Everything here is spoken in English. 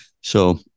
So-